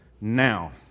Now